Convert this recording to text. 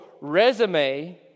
resume